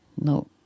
No